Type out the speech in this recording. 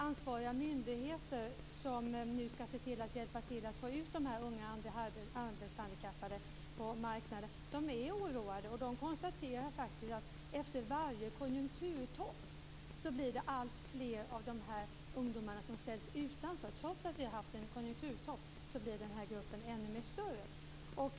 Ansvariga myndigheter som nu skall försöka att hjälpa till att få ut de unga arbetshandikappade på arbetsmarknaden är oroade och konstaterar faktiskt att det efter varje konjunkturtopp blir alltfler av dessa ungdomar som ställs utanför. Trots att vi har haft en konjunkturtopp blir den här gruppen ännu större.